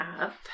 up